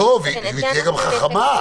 ושהיא גם תהיה חכמה.